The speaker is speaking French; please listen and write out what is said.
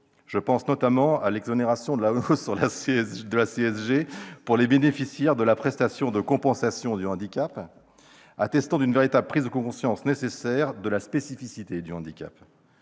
Je pense notamment à l'exonération de la hausse de la CSG pour les bénéficiaires de la prestation de compensation du handicap, attestant d'une véritable et nécessaire prise de conscience de la spécificité du handicap.